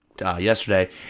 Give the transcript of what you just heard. yesterday